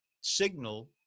signal